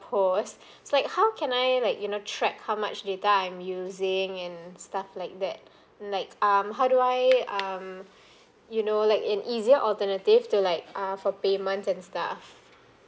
post so like how can I like you know track how much data I'm using and stuff like that like um how do I um you know like an easier alternative to like uh for payment and stuff